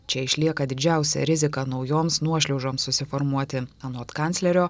čia išlieka didžiausia rizika naujoms nuošliaužoms susiformuoti anot kanclerio